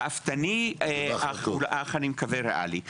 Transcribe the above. שאפתני, אך אני מקווה שריאלי.